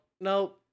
no